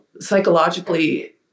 psychologically